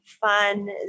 fun